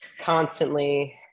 constantly